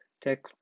tech